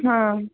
हाँ